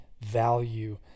value